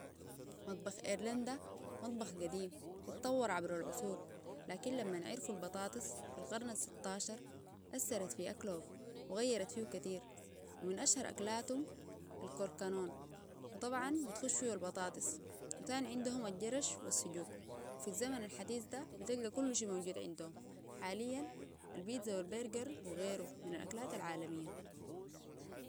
مطبخ إيرلندا مطبخ قديم اطور عبره العصور لكنلمن عرفو البطاطس في القرن الستاشر اثرت في اكلهم وغيرت فيه كثير ومن أشهر أكلاتهم الكوركانون وطبعاً بيدخل فيها البطاطس وتاني عندهم الجرش والسجوك في الزمن الحديث ده بتلقي كل شي موجود عندهم حالياً البيتزا والبيرغر وغيره من الأكلات العالمية